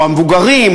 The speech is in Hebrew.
או המבוגרים,